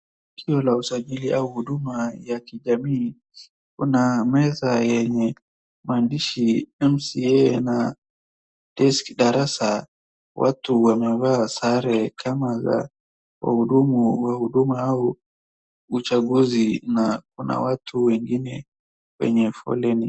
Tukio la usajili au huduma ya kijamii. Kuna meza yenye maandishi MCA na desk darasa. Watu wamevaa sare kama za wahudumu wa huduma au uchaguzi na kuna watu wengine kwenye foleni.